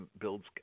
builds